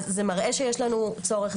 אז זה מראה שיש לנו צורך,